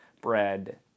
bread